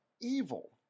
evil